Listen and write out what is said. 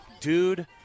dude